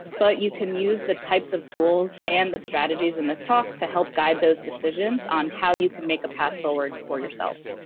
but you can use the types of tools and the strategies in this talk to help guide those decisions on how you can make a path forward for yourself.